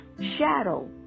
shadow